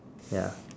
ya